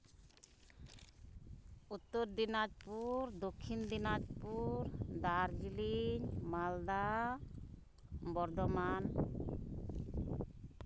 Uttar Dinajpur Dakshin Dinajpur Darjeeling Malda Bardhaman